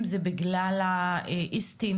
הדרכוניסטים